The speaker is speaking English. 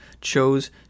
chose